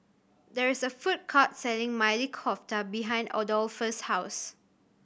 there is a food court selling Maili Kofta behind Adolphus' house